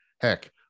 Heck